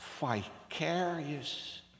vicarious